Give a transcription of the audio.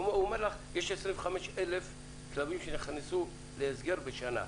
הוא אומר שיש 25,000 כלבים שנכנסו להסגר בשנה.